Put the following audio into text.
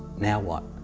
now what?